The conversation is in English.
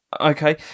Okay